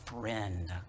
friend